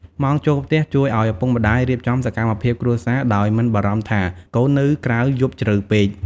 ម៉ោងចូលផ្ទះជួយឱ្យឪពុកម្តាយរៀបចំសកម្មភាពគ្រួសារដោយមិនបារម្ភថាកូននៅក្រៅយប់ជ្រៅពេក។